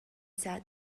sat